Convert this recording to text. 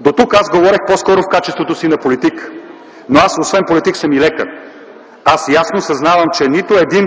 Дотук аз говорех по-скоро в качеството си на политик, но аз освен политик, съм и лекар. Ясно осъзнавам, че нито един